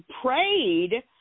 prayed